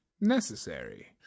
necessary